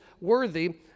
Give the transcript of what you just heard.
worthy